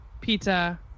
pizza